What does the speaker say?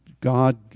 God